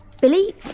Billy